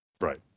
Right